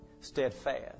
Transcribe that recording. steadfast